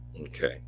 Okay